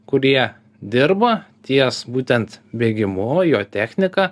kurie dirba ties būtent bėgimu jo technika